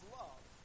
love